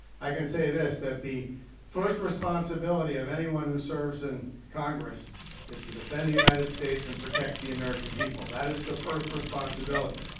i can say this, that the first responsibility of anyone who serves in congress is to defend the united states and protect the american people. that is the first responsibility.